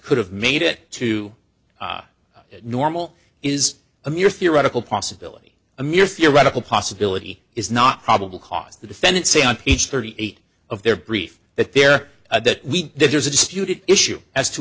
could have made it to normal is a mere theoretical possibility a mere theoretical possibility is not probable cause the defendant say on page thirty eight of their brief that there that we there's a disputed issue as to